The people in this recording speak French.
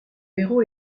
héros